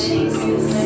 Jesus